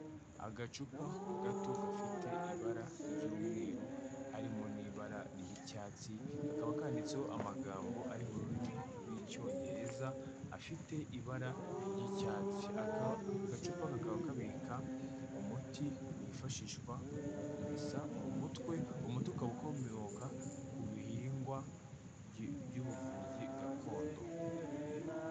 Agacupa gato gafite ibara ry'umweru harimo n'ibara ry'icyatsi, kakaba kanditseho amagambo ari mu rurimi rw'icyongereza afite ibara ry'icyatsi, agacupa kakaba kabika umuti wifashishwa mu kumesa mu mutwe, umuti ukaba ukomoka ku bihingwa by'ubuvuzi gakondo.